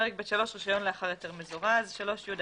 פרק ב'3: רישיון לאחר היתר מזורז 3י1.תשובת